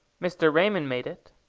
mr. raymond made it.